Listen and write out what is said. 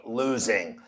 losing